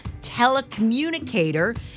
telecommunicator